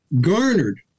garnered